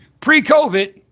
Pre-COVID